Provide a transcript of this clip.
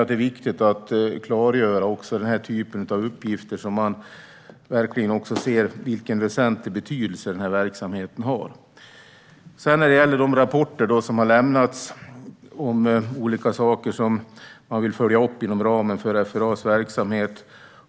Det är viktigt att klargöra denna typ av uppgifter så att man ser vilken väsentlig betydelse denna verksamhet har. Så till de rapporter som har lämnats om olika saker som man vill följa upp inom ramen för FRA:s verksamhet.